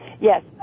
Yes